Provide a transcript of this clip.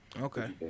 Okay